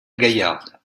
gaillarde